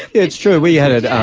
it's true, we had a,